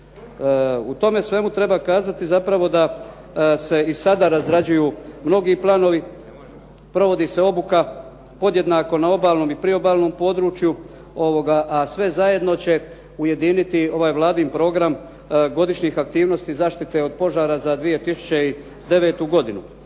U tome svemu treba kazati zapravo da se i sada razrađuju mnogi planovi, provodi se obuka podjednako na obalnom i priobalnom području a sve zajedno će ujediniti ovaj Vladin program godišnjih aktivnosti zaštite od požara za 2009. godinu.